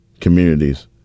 communities